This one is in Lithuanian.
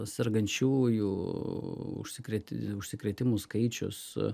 sergančiųjų užsikrėti užsikrėtimų skaičius